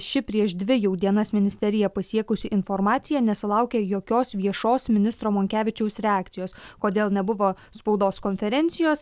ši prieš dvi jau dienas ministeriją pasiekusi informacija nesulaukė jokios viešos ministro monkevičiaus reakcijos kodėl nebuvo spaudos konferencijos